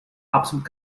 absolut